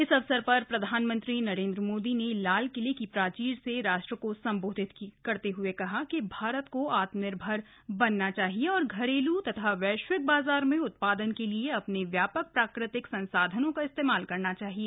इस अवसर पर प्रधानमंत्री नरेन्द्र मोदी ने लाल किले की प्राचीर से राष्ट्र को संबोधित करते हुए कहा कि भारत को आत्मनिर्भर बनना चाहिए और घरेलू तथा वैश्विक बाजार में उत्पादन के लिए अपने व्यापक प्राकृतिक संसाधनों का इस्तेमाल करना चाहिए